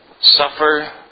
suffer